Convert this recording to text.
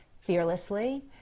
fearlessly